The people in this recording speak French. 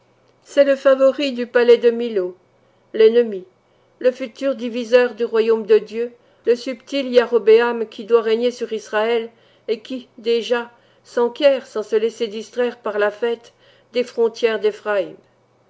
c'est le favori du palais de millô l'ennemi le futur diviseur du royaume de dieu le subtil iarobëam qui doit régner sur israël et qui déjà s'enquiert sans se laisser distraire par la fête des frontières